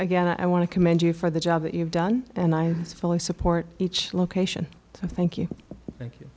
again i want to commend you for the job that you've done and i fully support each location i thank you